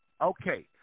Okay